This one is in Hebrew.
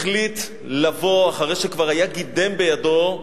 החליט לבוא, אחרי שכבר היה גידם בידו,